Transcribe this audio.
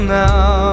now